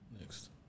Next